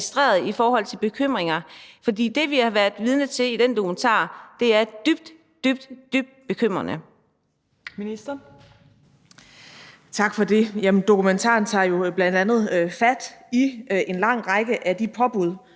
registreret i forhold til bekymringer? For det, som vi har været vidne til i den dokumentar, er dybt, dybt bekymrende.